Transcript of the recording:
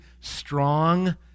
strong